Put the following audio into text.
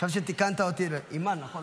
עכשיו שתיקנת אותי, אימאן, נכון?